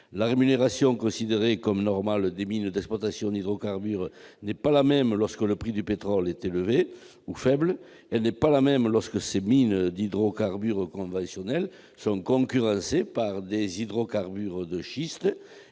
La rémunération considérée comme normale des mines d'exploitation d'hydrocarbures n'est pas la même selon que le prix du pétrole est faible ou élevé ; elle n'est pas la même lorsque ces mines conventionnelles sont concurrencées par des hydrocarbures de schiste